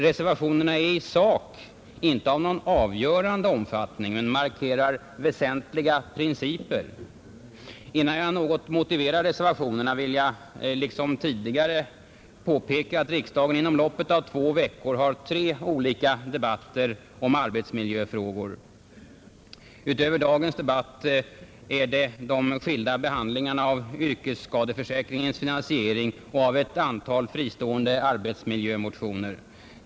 Reservationerna är i sak inte av någon avgörande omfattning men markerar väsentliga principer. Innan jag något motiverar reservationerna vill jag liksom tidigare påpeka att riksdagen inom loppet av två veckor har tre olika debatter om arbetsmiljöfrågor. Utöver dagens debatt är det de skilda behandlingarna av yrkesskadeförsäkringens finansiering och av ett antal fristående arbetsmiljömotioner.